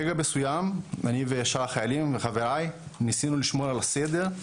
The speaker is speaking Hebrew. ברגע מסוים אני ושאר החיילים וחבריי ניסינו לשמור על הסדר,